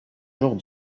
jours